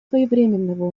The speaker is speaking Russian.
своевременного